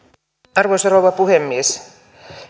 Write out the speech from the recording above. arvoisa rouva puhemies